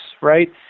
right